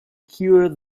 cure